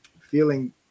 feeling